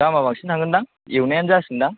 दामा बांसिन थांगोन दां एवनायानो जासिगोन दां